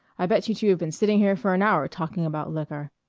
i bet you two have been sitting here for an hour talking about liquor.